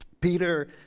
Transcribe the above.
Peter